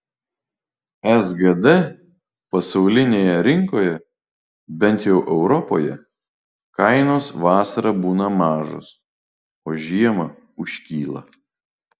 sgd pasaulinėje rinkoje bent jau europoje kainos vasarą būna mažos o žiemą užkyla